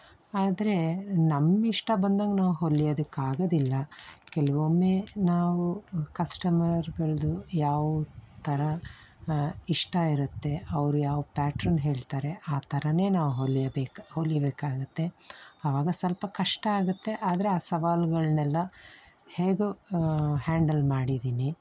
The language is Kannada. ಆದರೆ ನಮ್ಮ ಇಷ್ಟ ಬಂದಂಗೆ ನಾವು ಹೊಲಿಯೋದಕ್ಕೆ ಆಗೋದಿಲ್ಲ ಕೆಲವೊಮ್ಮೆ ನಾವು ಕಸ್ಟಮರ್ಗಳದ್ದು ಯಾವ ಥರ ಇಷ್ಟ ಇರುತ್ತೆ ಅವರು ಯಾವ ಪ್ಯಾಟ್ರನ್ ಹೇಳ್ತಾರೆ ಆ ಥರಾನೇ ನಾವು ಹೊಲಿಯಬೇಕು ಹೊಲಿಯಬೇಕಾಗುತ್ತೆ ಆವಾಗ ಸ್ವಲ್ಪ ಕಷ್ಟ ಆಗುತ್ತೆ ಆದರೆ ಆ ಸವಾಲುಗಳ್ನೆಲ್ಲ ಹೇಗೋ ಹ್ಯಾಂಡಲ್ ಮಾಡಿದ್ದೀನಿ